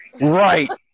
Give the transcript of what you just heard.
right